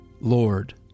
Lord